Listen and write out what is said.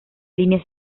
línea